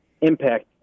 impact